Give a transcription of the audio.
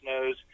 knows